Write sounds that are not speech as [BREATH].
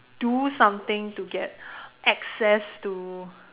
do something to get [BREATH] access to